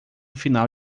final